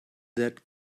that